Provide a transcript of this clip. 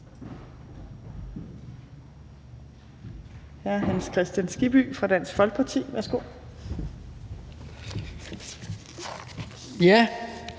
er hr. Hans Kristian Skibby fra Dansk Folkeparti. Værsgo. Kl.